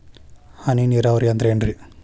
ಹನಿ ನೇರಾವರಿ ಅಂದ್ರೇನ್ರೇ?